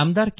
आमदार के